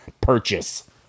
purchase